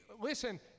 Listen